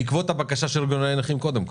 בעקבות הבקשה של ארגוני הנכים קודם כל.